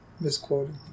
Misquoted